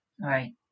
Right